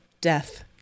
death